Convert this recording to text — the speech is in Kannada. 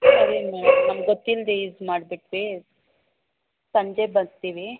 ಸರಿ ಮೇಡಮ್ ನಮ್ಗೆ ಗೊತ್ತಿಲ್ಲದೆ ಯೂಸ್ ಮಾಡಿಬಿಟ್ವಿ ಸಂಜೆ ಬರ್ತೀವಿ